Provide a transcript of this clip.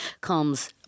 comes